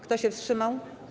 Kto się wstrzymał?